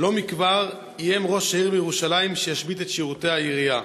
לא מכבר איים ראש עיריית ירושלים שישבית את שירותי העירייה